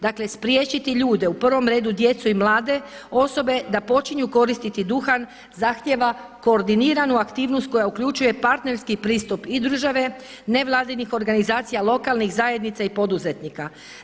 Dakle, spriječiti ljude u prvom redu djecu i mlade osobe da počnu koristiti duhan zahtijeva koordiniranu aktivnost koja uključuje partnerski pristup i države, nevladinih organizacija, lokalnih zajednica i poduzetnika.